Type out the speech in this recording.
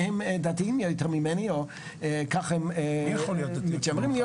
שהם דתיים יותר ממני או ככה הם מתיימרים להיות,